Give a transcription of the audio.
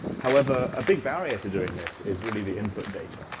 however, a big barrier to doing this is really the input data.